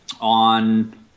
on